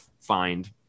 find